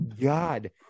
God